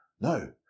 No